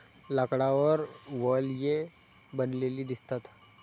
लाकडावर वलये बनलेली दिसतात